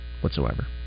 whatsoever